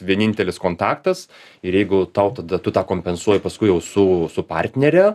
vienintelis kontaktas ir jeigu tau tada tu tą kompensuoji paskui jau su su partnere